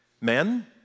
Men